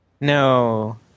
No